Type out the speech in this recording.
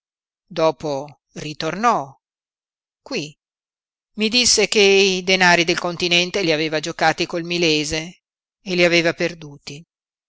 dopo ritornò qui i disse che i denari del continente li aveva giocati col milese e li aveva perduti